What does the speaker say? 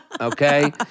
Okay